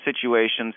situations